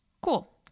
Cool